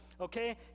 okay